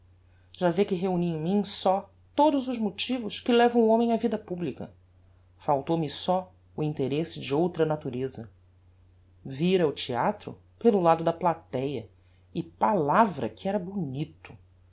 já vê que reuni em mim só todos os motivos que levam o homem á vida publica faltou-me só o interesse de outra natureza vira o theatro pelo lado da platéa e palavra que era bonito